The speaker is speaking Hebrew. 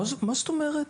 מה זאת אומרת?